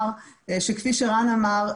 כפי שרן סלבצקי אמר,